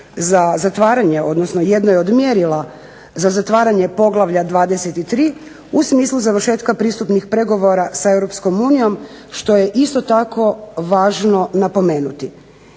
za zatvaranje, odnosno jedno je od mjerila za zatvaranje Poglavlja 23. u smislu završetka pristupnih pregovora sa EU što je isto tako važno napomenuti.